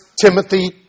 Timothy